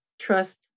Trust